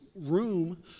room